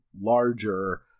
larger